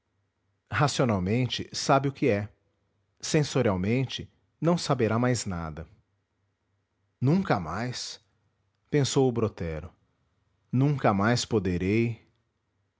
racionalmente sabe o que é sensorialmente não saberá mais nada nunca mais pensou o brotero nunca mais poderei